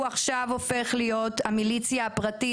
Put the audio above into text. הוא עכשיו הופך להיות המיליציה הפרטית